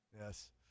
Yes